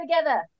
together